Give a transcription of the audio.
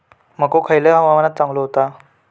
मको खयल्या हवामानात चांगलो होता?